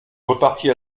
repartit